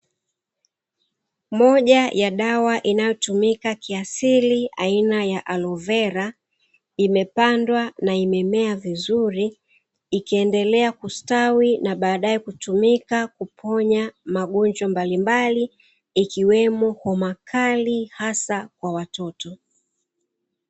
Moja ya dawa inayotumika kiasili aina ya alovera, imepandwa na imemea vizuri, ikiendelea kustawi na baadae kutumika kuponya magonjwa mbalimbali, ikiwemo homa kali hasa kwa watoto.